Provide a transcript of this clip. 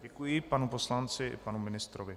Děkuji panu poslanci i panu ministrovi.